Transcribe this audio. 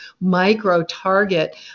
micro-target